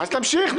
אז תמשיך.